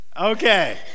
Okay